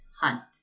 hunt